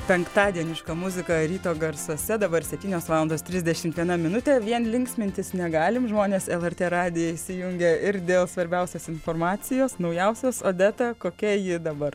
penktadieniška muzika ryto garsuose dabar septynios valandos trisdešimt viena minutė vien linksmintis negalim žmonės lrt radiją įsijungia ir dėl svarbiausios informacijos naujausios odeta kokia ji dabar